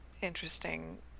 interesting